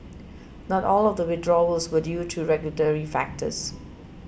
not all of the withdrawals were due to regulatory factors